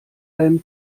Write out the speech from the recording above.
allem